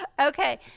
Okay